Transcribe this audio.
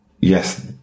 yes